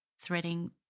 Threading